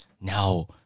now